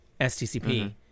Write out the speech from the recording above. STCP